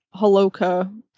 Holoka